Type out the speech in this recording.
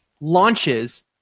launches